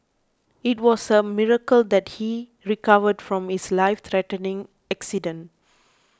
it was a miracle that he recovered from his lifethreatening accident